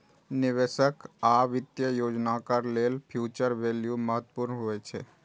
निवेशक आ वित्तीय योजनाकार लेल फ्यूचर वैल्यू महत्वपूर्ण होइ छै